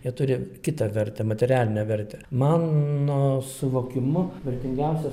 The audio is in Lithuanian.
jie turi kitą vertę materialinę vertę mano suvokimu vertingiausias